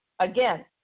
Again